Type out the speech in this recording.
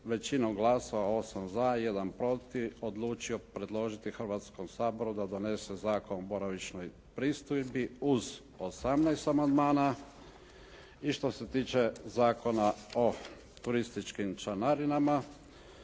većinom glasova; 8 za i 1 protiv odlučio predložiti Hrvatskom saboru da donese Zakon o boravišnoj pristojbi uz 18 amandmana i što se tiče Zakona o turističkim članarinama